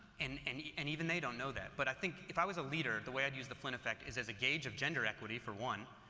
and and and even they don't know that, but i think if i was leader, the way i'd use the flynn effect is as a gage of gender equity, for one.